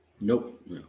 Nope